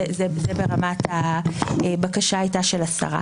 זה ברמת הבקשה של השרה.